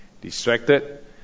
Distracted